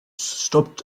stopped